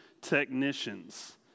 technicians